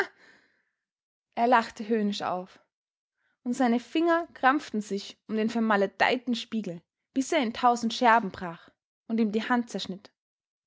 er lachte höhnisch auf und seine finger krampften sich um den vermaledeiten spiegel bis er in tausend scherben brach und ihm die hand zerschnitt